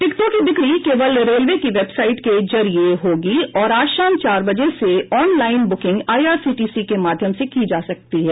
टिकटों की बिक्री केवल रेलवे की वेबसाइट के जरिए होगी और आज शाम चार बजे से ऑनलाईन बुकिंग आइआरसीटीसी के माध्यम से की जा सकती है